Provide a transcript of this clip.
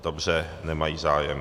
Dobře, nemají zájem.